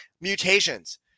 mutations